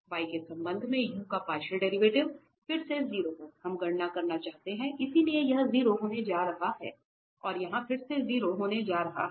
y के संबंध में u का पार्शियल डेरिवेटिव फिर से 0 पर हम गणना करना चाहते हैं इसलिए यह 0 होने जा रहा है और यह फिर से 0 होने जा रहा है